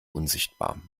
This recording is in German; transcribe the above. unsichtbar